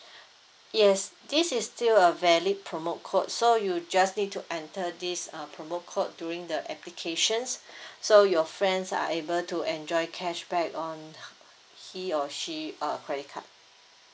yes this is still a valid promo code so you just need to enter this uh promo code during the applications so your friends are able to enjoy cashback on he or she uh credit card